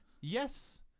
Yes